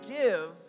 give